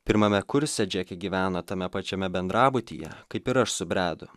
pirmame kurse džekė gyvena tame pačiame bendrabutyje kaip ir aš su bredu